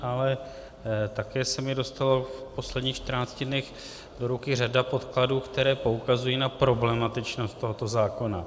Ale také se mně dostala v posledních čtrnácti dnech do ruky řada podkladů, které poukazují na problematičnost tohoto zákona.